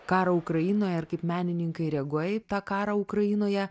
karą ukrainoje ir kaip menininkai reaguoja į tą karą ukrainoje